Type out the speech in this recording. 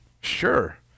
sure